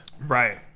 Right